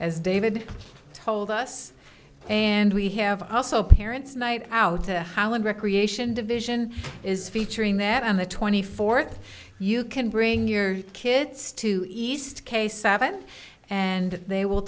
as david told us and we have also parents night out the how and recreation division is featuring that on the twenty fourth you can bring your kids to east k seven and they will